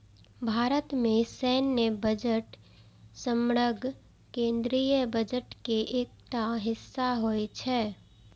भारत मे सैन्य बजट समग्र केंद्रीय बजट के एकटा हिस्सा होइ छै